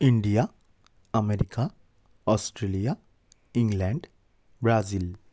India America Australia England Brazil